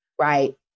Right